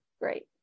Great